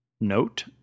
note